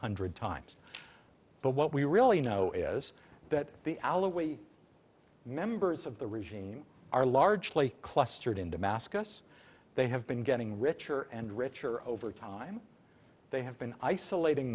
hundred times but what we really know is that the allawi members of the regime are largely clustered in damascus they have been getting richer and richer over time they have been isolating